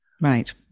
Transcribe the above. Right